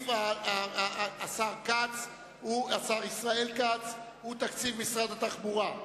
סעיף השר ישראל כץ, תקציב משרד התחבורה.